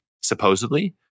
supposedly